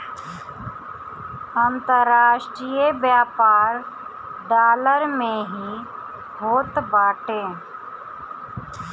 अन्तरराष्ट्रीय व्यापार डॉलर में ही होत बाटे